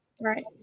Right